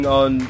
on